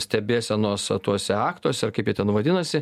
stebėsenos tuose aktuose ar kaip jie ten vadinasi